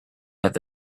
have